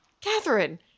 catherine